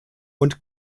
und